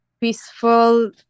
peaceful